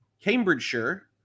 Cambridgeshire